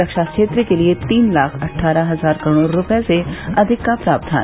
रक्षा क्षेत्र के लिए तीन लाख अटठारह हजार करोड़ रूपये से अधिक का प्रावधान